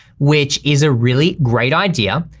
which is a really great idea.